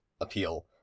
appeal